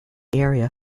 area